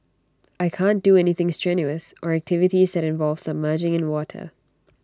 I can't do anything strenuous or activities that involve submerging in water